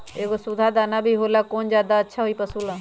एगो सुधा दाना भी होला कौन ज्यादा अच्छा होई पशु ला?